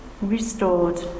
restored